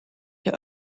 der